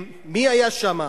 מי היה שם?